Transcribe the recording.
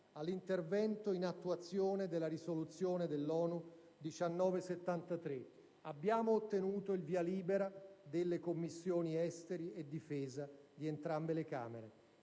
all'intervento in attuazione della risoluzione dell'ONU n. 1973. Abbiamo ottenuto il via libera delle Commissioni affari esteri e difesa di entrambe le Camere.